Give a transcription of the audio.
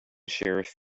sheriff